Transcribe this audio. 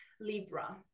Libra